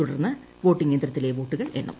തുടർന്ന് വോട്ടിംഗ് യന്ത്രത്തിലെ വോട്ടുകൾ എണ്ണും